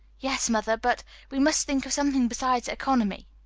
yes, mother, but we must think of something besides economy.